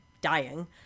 dying